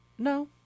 no